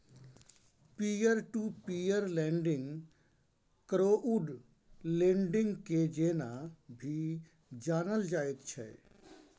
peer to peer lending crowd lending के जेना भी जानल जाइत छै